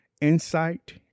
Insight